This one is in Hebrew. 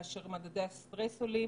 כאשר מדדי הסטרס עולים,